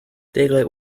daylight